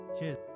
Cheers